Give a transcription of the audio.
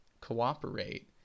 cooperate